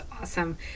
awesome